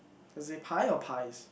as in pie or pies